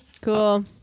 Cool